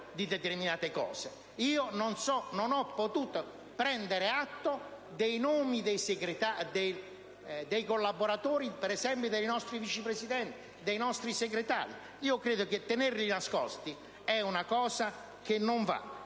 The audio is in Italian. Io non ho potuto prendere atto dei nomi dei collaboratori, per esempio, dei nostri Vice Presidenti e dei nostri Segretari. Credo che tenerli nascosti sia una cosa che non va.